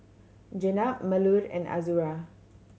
Jenab Melur and Azura